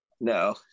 No